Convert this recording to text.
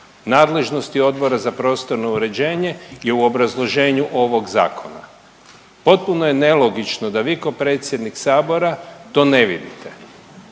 nadležnosti Odbora za prostorno uređenje je u obrazloženju ovog zakona. Potpuno je nelogično da vi ko predsjednik sabora to ne vidite.